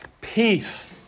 Peace